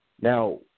Now